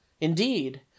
indeed